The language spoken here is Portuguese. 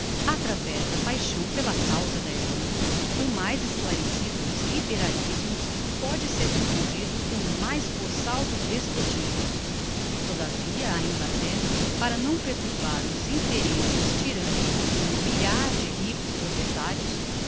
atravez da paixão pela causa da irlanda o mais esclarecido dos liberalismos póde ser confundido com o mais boçal dos despotismos e todavia a inglaterra para não perturbar os interesses tyrannicos d'um milhar de ricos proprietarios